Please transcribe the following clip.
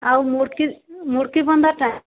ଆଉ ମୁଡ଼କି ମୁଡ଼କି ପନ୍ଦରଟା